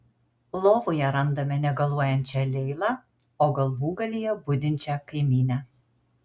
lovoje randame negaluojančią leilą o galvūgalyje budinčią kaimynę